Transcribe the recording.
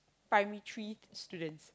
primary tree students